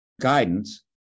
guidance